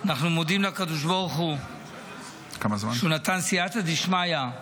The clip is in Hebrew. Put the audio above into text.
אנחנו מודים לקדוש ברוך הוא שהוא נתן סייעתא דשמיא.